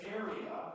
area